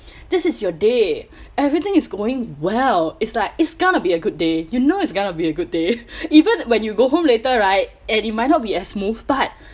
this is your day everything is going well it's like it's going to be a good day you know it's going to be a good day even when you go home later right and it might not be as smooth but